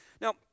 Now